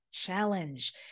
challenge